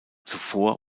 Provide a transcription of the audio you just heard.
zuvor